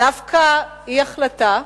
דווקא אי-החלטה,